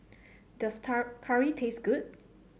does curry taste good